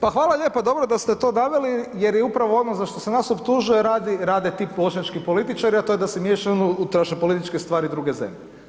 Pa hvala lijepo, dobro da ste to naveli jer je upravo ono za što se nas optužuje radi ti bošnjački političari, a to je da se miješaju u unutrašnje političke stvari druge zemlje.